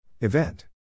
Event